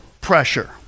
pressure